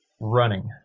Running